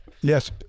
Yes